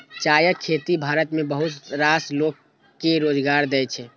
चायक खेती भारत मे बहुत रास लोक कें रोजगार दै छै